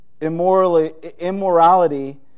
Immorality